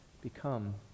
become